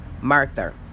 Martha